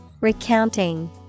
recounting